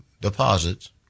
deposits